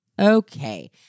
Okay